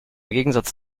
gegensatz